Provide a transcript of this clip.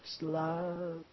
love